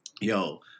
yo